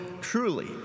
Truly